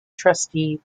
trustee